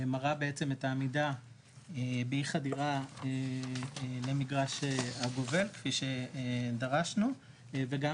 מראה את העמידה באי חדירה למגרש הגובל כפי שדרשנו וגם